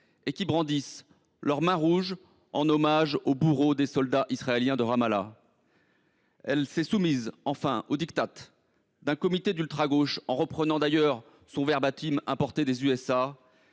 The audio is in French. et qui brandissent leurs mains rouges en hommage aux bourreaux des soldats israéliens de Ramallah. Elle s’est soumise, enfin, au diktat d’un comité d’ultragauche, dont elle a d’ailleurs repris le verbatim importé des